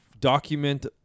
document